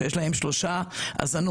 שיש להם שלוש הזנות